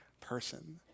person